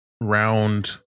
round